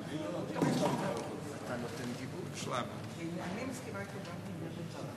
שאתה מנהל את הישיבה, ואני מאחל לך הצלחה.